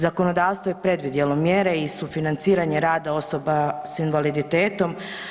Zakonodavstvo je predvidjelo mjere i sufinanciranje rada osoba s invaliditetom.